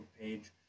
page